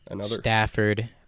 Stafford